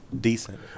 decent